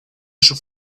should